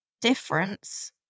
difference